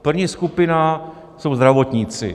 První skupina jsou zdravotníci.